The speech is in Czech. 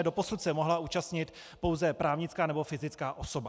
Doposud se mohla účastnit pouze právnická nebo fyzická osoba.